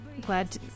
glad